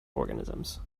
organisms